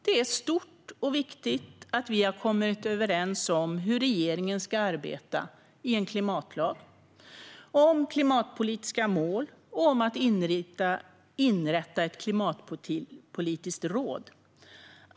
Det är stort och viktigt att vi har kommit överens om hur regeringen ska arbeta i en klimatlag, om klimatpolitiska mål och om att inrätta ett klimatpolitiskt råd.